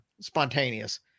spontaneous